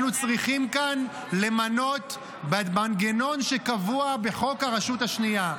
אנחנו צריכים כאן למנות מנגנון שקבוע בחוק הרשות השנייה.